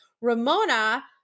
Ramona